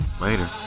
Later